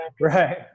right